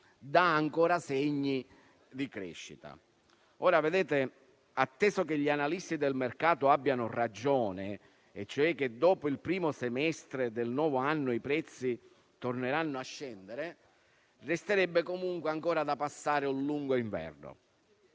dà ancora segni di crescita. Atteso che gli analisti del mercato abbiano ragione nel dire che dopo il primo semestre del nuovo anno i prezzi torneranno a scendere, resterebbe comunque da passare un lungo inverno.